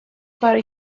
کارو